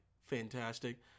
fantastic